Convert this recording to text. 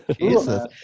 Jesus